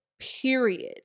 period